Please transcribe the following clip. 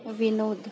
विनोद